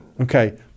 okay